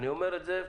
אני אומר את זה,